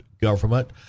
government